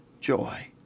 joy